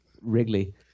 Wrigley